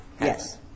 Yes